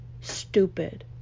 Stupid